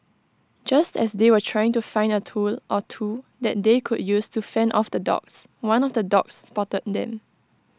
just as they were trying to find A tool or two that they could use to fend off the dogs one of the dogs spotted them